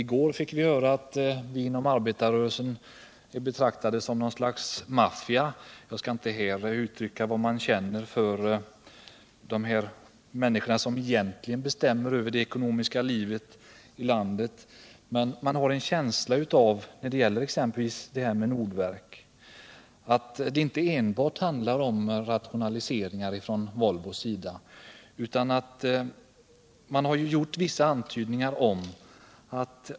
I går fick vi höra att vi inom arbetarrörelsen betraktades som något slags maffia. Jag skall här inte uttrycka vad man känner för de människor som egentligen bestämmer över det ekonomiska livet i landet, men när det gäller exempelvis Nordverk har man en känsla av det inte enbart handlar om rationaliseringar från Volvos sida. Vissa antydningar har gjorts.